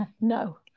No